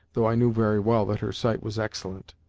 though i knew very well that her sight was excellent.